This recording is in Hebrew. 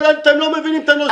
אבל אתה לא מבין את הנושא.